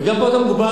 וגם פה אתה מוגבל.